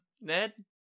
Ned